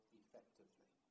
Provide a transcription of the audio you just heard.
effectively